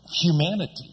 humanity